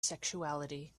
sexuality